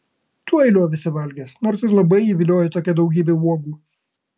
tuoj liovėsi valgęs nors ir labai jį viliojo tokia daugybė uogų